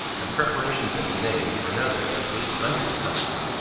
and preparations had been made for another of eight hundred tons.